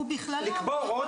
ובכללם --- לקבוע הוראות.